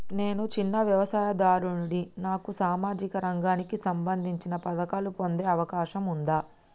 నేను చిన్న వ్యవసాయదారుడిని నాకు సామాజిక రంగానికి సంబంధించిన పథకాలు పొందే అవకాశం ఉందా?